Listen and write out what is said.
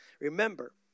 Remember